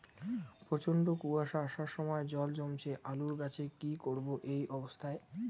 প্রচন্ড কুয়াশা সবসময় জল জমছে আলুর গাছে কি করব এই অবস্থায়?